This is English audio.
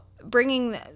bringing